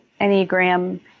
Enneagram